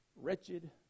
wretched